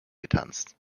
getanzt